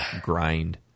grind